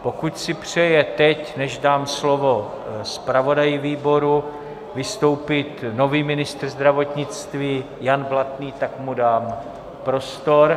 Pokud si přeje teď, než dám slovo zpravodaji výboru, vystoupit nový ministr zdravotnictví Jan Blatný, tak mu dám prostor.